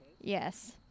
Yes